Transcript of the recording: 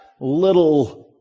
little